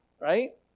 right